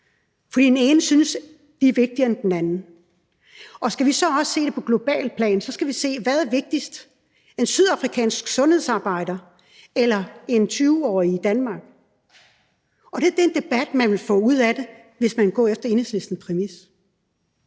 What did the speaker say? for den ene synes, at vedkommende er vigtigere end den anden. Og skal vi også se på det på globalt plan, skal vi se på, hvad der er vigtigst – en sydafrikansk sundhedsarbejder eller en 20-årig i Danmark? Det er den debat, man vil få ud af det, hvis man vil gå efter Enhedslistens præmis.